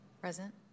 Present